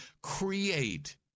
Create